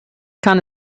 kann